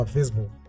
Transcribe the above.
Facebook